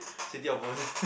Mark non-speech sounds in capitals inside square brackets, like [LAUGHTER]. city of [BREATH] bones